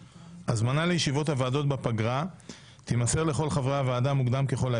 6.הזמנה לישיבות הוועדות בפגרה תימסר לכל חברי הוועדה מוקדם ככל האפשר,